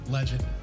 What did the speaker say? Legend